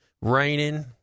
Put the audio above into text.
raining